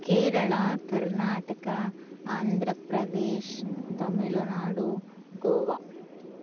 केरळा कर्नाटका आन्ध्रप्रदेशः तमिलुनाडु गोवा